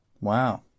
Wow